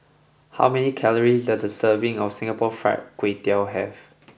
how many calories does a serving of Singapore Fried Kway Tiao have